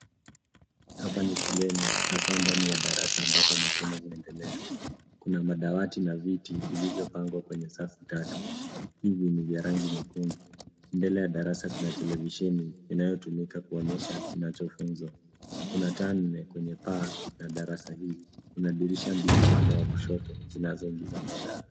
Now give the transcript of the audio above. Hapa ni shuleni hasa ndani ya darasa ambapo masomo yanaendelea kuna madawati na viti vilivyopangwa kwenye safu tatu hivi ni vya rangi nyekundu mbele ya darasa kuna televisheni inayotumika kuonyesha kinachofunzwa kuna taa nne kwenye paa la darasa hili kuna dirisha mbili upande wa kushoto zinazoingiza mwangaza.